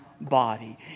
body